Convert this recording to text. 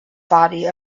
body